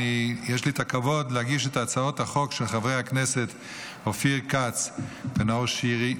יש לי הכבוד להגיש את ההצעה של חברי הכנסת אופיר כץ ונאור שירי,